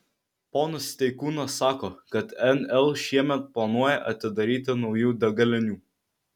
ponas steikūnas sako kad nl šiemet planuoja atidaryti naujų degalinių